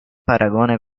paragone